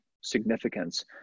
significance